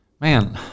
man